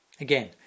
Again